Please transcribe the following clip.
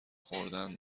خوردن